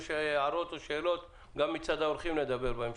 הערות או שאלות גם מצד האורחים נדבר בהמשך.